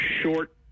short